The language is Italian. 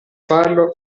farlo